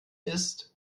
ist